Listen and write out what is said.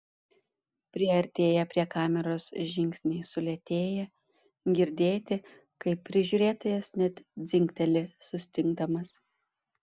priartėję prie kameros žingsniai sulėtėja girdėti kaip prižiūrėtojas net dzingteli sustingdamas